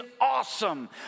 awesome